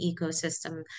ecosystem